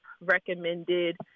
recommended